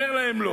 אומר להם לא.